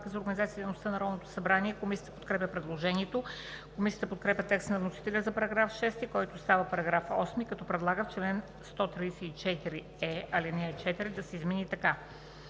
за организацията и дейността на Народното събрание. Комисията подкрепя предложението. Комисията подкрепя текста на вносителя за § 6, който става § 8, като предлага в чл. 134е ал. 4 да се измени така: